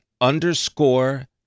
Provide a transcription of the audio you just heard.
underscore